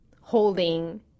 holding